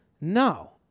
no